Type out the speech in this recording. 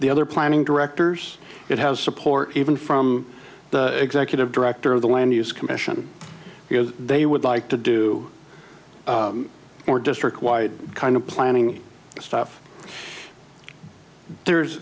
the other planning directors it has support even from the executive director of the land use commission because they would like to do more district wide kind of planning stuff there's